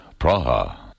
Praha